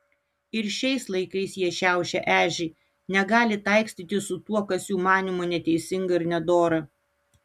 ir šiais laikais jie šiaušia ežį negali taikstytis su tuo kas jų manymu neteisinga ir nedora